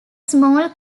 small